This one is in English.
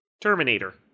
Terminator